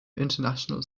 international